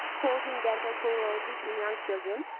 causing dental fluorosis in young children,